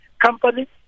company